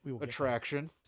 attraction